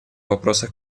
вопросах